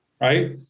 right